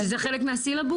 שזה חלק מהסילבוס?